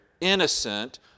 innocent